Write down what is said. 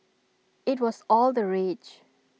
IT was all the rage